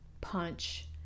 punch